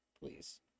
please